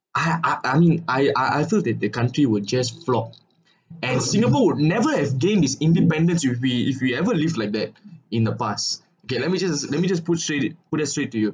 I I I mean I I I feel that the country would just flop and singapore would never has gain its independents if we if we ever live like that in the past okay let me just let me just put straight it put that straight to you